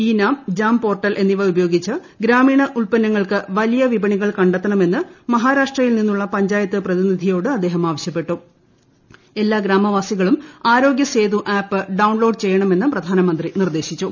E നാം ജം portal എന്നിവ ഉപയോഗിച്ച് ഗ്രാമീണ ഉത്പ്പന്നങ്ങൾക്ക് വലിയ വിപണികൾ കണ്ടെത്തണമെന്ന് മഹാരാഷ്ട്രിയിൽ നിന്നുള്ള പഞ്ചായത്ത് പ്രതിനിധിയോട് അദ്ദേഹം ആവശ്യപ്പെട്ടുപ്പ് എല്ലാം ഗ്രാമവാസികളും ആരോഗ്യസേതു ആപ്പ് ഡൌൺലോൾട്ട് ചെയ്യണ്മെന്നും പ്രധാനമന്ത്രി നിർദ്ദേശിച്ചു